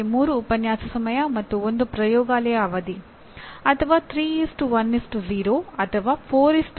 ಕಂಪನಿಯು ಸಹ ಕಾರ್ಪೊರೇಟ್ಗಳಿಗೆ ಶಿಕ್ಷಣ ಸಂಸ್ಥೆಗಳಿಗೆ ಶಿಕ್ಷಕರು ಮತ್ತು ವಿದ್ಯಾರ್ಥಿಗಳಿಗೆ ಶಿಕ್ಷಣ ತಂತ್ರಜ್ಞಾನಗಳನ್ನು ಮತ್ತು ತರಬೇತಿ ಕಾರ್ಯಕ್ರಮಗಳನ್ನು ನೀಡುತ್ತಿದೆ